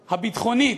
הביטחונית,